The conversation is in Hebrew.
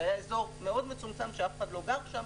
זה היה אזור מצומצם שאף אחד לא גר שם.